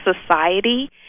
society